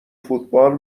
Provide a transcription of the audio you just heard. فوتبال